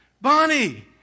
Bonnie